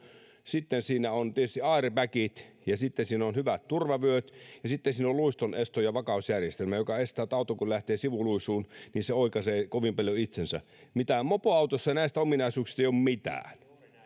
sitten siinä on tietysti airbagit sitten siinä on hyvät turvavyöt ja sitten siinä on luistonesto ja vakausjärjestelmä niin että auto kun lähtee sivuluisuun se oikaisee kovin paljon itsensä nimittäin mopoautossa näistä ominaisuuksista ei ole mitään se